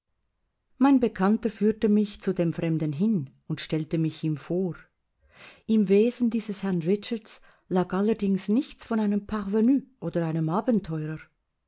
mein bekannter führte mich zu dem fremden hin und stellte mich ihm vor im wesen dieses herrn richards lag allerdings nichts von einem parvenue oder einem abenteurer